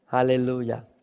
Hallelujah